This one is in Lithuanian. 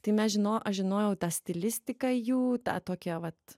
tai mes žino aš žinojau tą stilistiką jų tą tokią vat